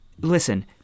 listen